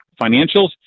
financials